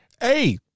Hey